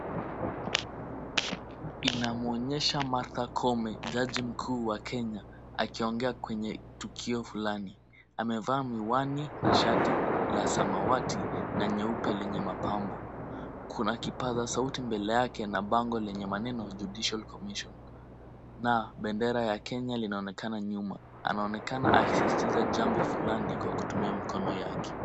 Inamwonyesha Martha Koome jaji mkuu wa Kenya akiongea kwenye tukio fulani. Amevaa miwani na shati la samawati na nyeupe lenye mapambo. Kuna kipaza sauti mbele yake na bango lenye maneno , Judicial Commission na bendera ya Kenya linaonekana nyuma. Anaonekana akisisitiza jambo fulani kwa kutumia mikono yake.